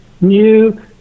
new